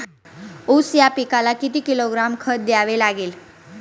ऊस या पिकाला किती किलोग्रॅम खत द्यावे लागेल?